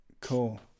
Cool